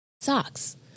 socks